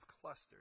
Clusters